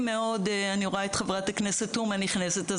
אני רואה את חברת הכנסת תומא נכנסת,